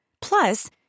Plus